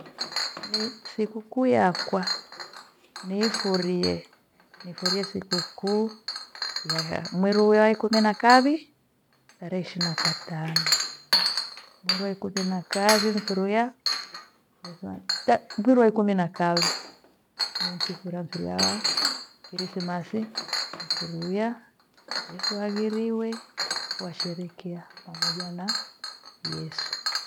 Ni sikukuu yakwa niifurie, nifurie sikukuu yagha mweri wa ikumi na kavi tarehe ishini na katano mweri wa ikumi na kawi mfuruya mfiri wa ikumi na kavi. Nchifura mfiri wa krisimasi mfiri uya Yethu aighiriwe washerekea pamoja na Yesu.